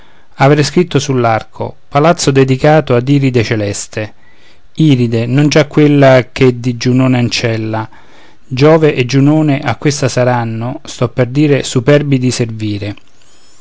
avrei scritto sull'arco palazzo dedicato ad iride celeste iride non già quella ch'è di giunone ancella giove e giunone a questa saranno sto per dire superbi di servire